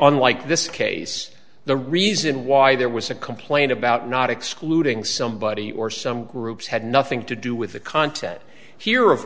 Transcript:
unlike this case the reason why there was a complaint about not excluding somebody or some groups had nothing to do with the content here of